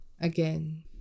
Again